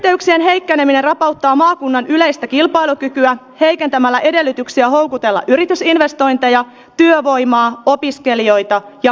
liikenneyhteyksien heikkeneminen rapauttaa maakunnan yleistä kilpailukykyä heikentämällä edellytyksiä houkutella yritysinvestointeja työvoimaa opiskelijoita ja matkailijoita